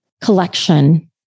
collection